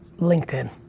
LinkedIn